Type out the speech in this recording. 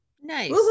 Nice